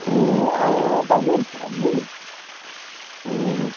ए बैनी मलाई नि